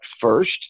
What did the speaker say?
first